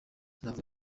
inavuga